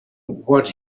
what